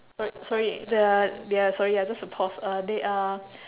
sorry sorry they are they are sorry ah just to pause uh they are